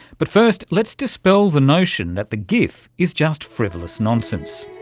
but first let's dispel the notion that the gif is just frivolous nonsense.